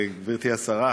גברתי השרה,